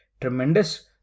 tremendous